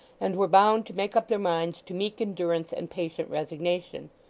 and were bound to make up their minds to meek endurance and patient resignation.